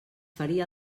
faria